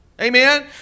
Amen